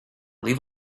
leave